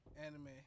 Anime